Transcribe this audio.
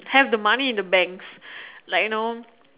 have the money in the banks like you know